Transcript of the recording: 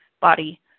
body